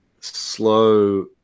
slow